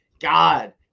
God